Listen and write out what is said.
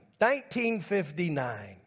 1959